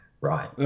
right